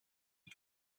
đây